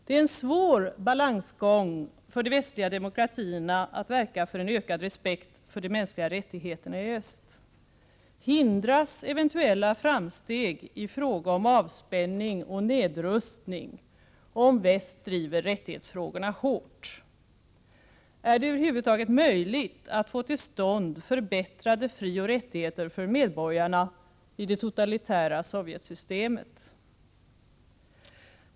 Det är en svår balansgång för de västliga demokratierna att verka för en ökad respekt för de mänskliga rättigheterna i öst. Hindras eventuella framsteg i fråga om avspänning och nedrustning om väst driver rättighetsfrågorna hårt? Är det över huvud taget möjligt att få till stånd förbättrade fri och rättigheter för medborgarna i det totalitära Sovjetsystemet?